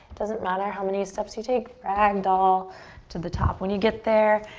doesn't matter how many steps you take. ragdoll to the top. when you get there,